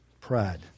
Pride